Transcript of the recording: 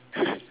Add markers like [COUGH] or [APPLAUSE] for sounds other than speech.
[LAUGHS]